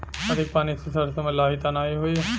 अधिक पानी से सरसो मे लाही त नाही होई?